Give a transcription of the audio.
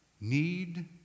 need